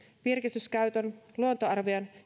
virkistyskäytön ja luontoarvojen